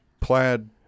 plaid